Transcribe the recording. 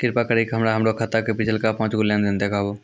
कृपा करि के हमरा हमरो खाता के पिछलका पांच गो लेन देन देखाबो